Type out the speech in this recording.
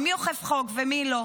ומי אוכף חוק ומי לא.